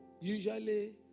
Usually